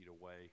away